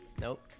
Nope